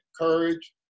courage